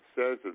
says